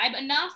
enough